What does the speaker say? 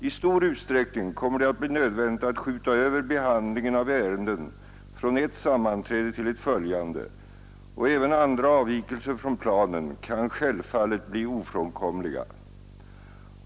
I stor utsträckning kommer det att bli nödvändigt att skjuta över behandlingen av ärenden från ett sammanträde till ett följande, och även andra avvikelser från planen kan självfallet bli ofrånkomliga.